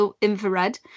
infrared